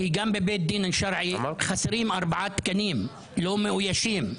כי גם בבית דין השרעי חסרים ארבעה תקנים לא מאוישים,